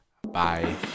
Bye